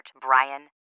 Brian